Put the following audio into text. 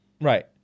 Right